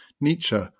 Nietzsche